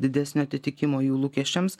didesnio atitikimo jų lūkesčiams